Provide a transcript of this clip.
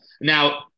Now